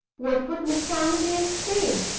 what would mr. armadale say?